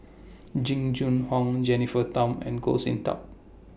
Jing Jun Hong Jennifer Tham and Goh Sin Tub